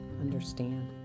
understand